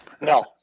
No